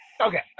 Okay